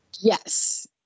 Yes